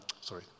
sorry